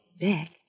back